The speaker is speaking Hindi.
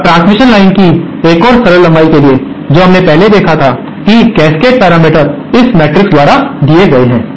अब ट्रांसमिशन लाइन्स की एक सरल लंबाई के लिए जो हमने पहले देखा था कि कैस्केड पैरामीटर इस मैट्रिक्स द्वारा दिए गए हैं